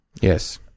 yes